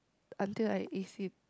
until I ace it